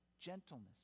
gentleness